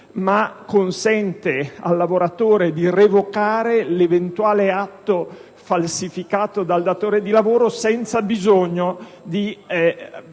ma consente a quest'ultimo di revocare l'eventuale atto falsificato dal datore di lavoro, senza bisogno di